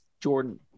Jordan